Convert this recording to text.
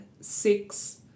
six